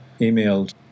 emailed